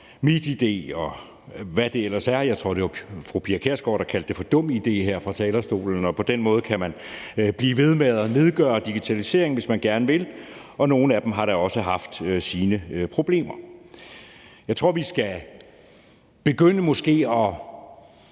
MitID, og hvad det ellers hedder. Jeg tror, det var fru Pia Kjærsgaard, der kaldte det for dum-id her fra talerstolen, og på den måde kan man blive ved med at nedgøre digitaliseringen, hvis man gerne vil. Og nogle har da også haft deres problemer. Jeg tror måske, vi skal begynde at